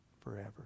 forever